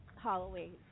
halloween